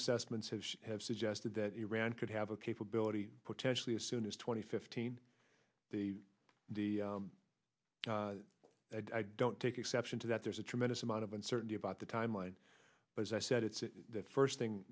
assessments have have suggested that iran could have a capability potentially as soon as twenty fifteen they don't take exception to that there's a tremendous amount of uncertainty about the timeline but as i said it's the first thing